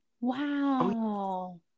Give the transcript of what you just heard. Wow